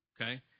okay